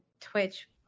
Twitch